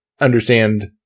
understand